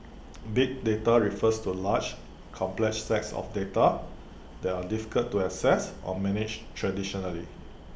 big data refers to large complex sets of data that are difficult to access or manage traditionally